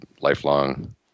lifelong